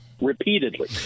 repeatedly